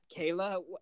Kayla